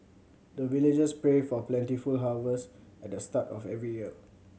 the villagers pray for plentiful harvest at the start of every year